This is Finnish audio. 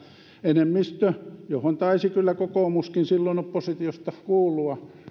enemmistö johon taisi kyllä kokoomuskin silloin oppositiosta kuulua